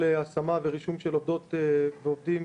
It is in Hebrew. השמה ורישום של עובדות ועובדים,